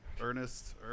Ernest